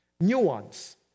nuance